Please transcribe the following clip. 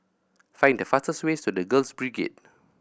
find the fastest way to The Girls Brigade